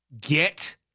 get